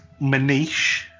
Manish